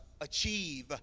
achieve